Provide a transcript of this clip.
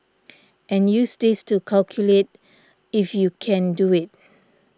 and use this to calculate if you can do it